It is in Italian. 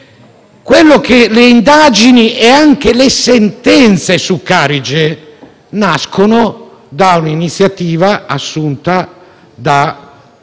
interventi le indagini e anche le sentenze su Carige nascono da un'iniziativa assunta da